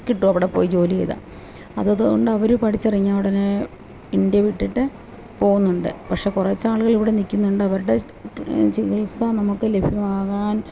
കിട്ടും അവിടെ പോയി ജോലി ചെയ്താല് അത് അതുകൊണ്ടവര് പഠിച്ചിറങ്ങിയ ഉടനെ ഇന്ത്യ വിട്ടിട്ട് പോകുന്നുണ്ട് പക്ഷെ കുറച്ച് ആളുകൾ ഇവിടെ നില്ക്കുന്നുണ്ട് അവരുടെ ചികിത്സ നമുക്ക് ലഭ്യമാകാൻ